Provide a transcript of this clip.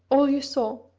all you saw.